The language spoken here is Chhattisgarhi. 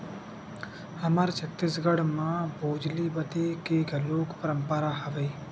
हमर छत्तीसगढ़ म भोजली बदे के घलोक परंपरा हवय